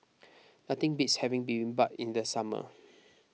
nothing beats having Bibimbap in the summer